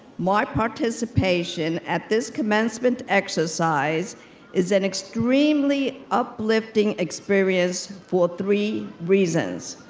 my participation at this commencement exercise is an extremely uplifting experience for three reasons.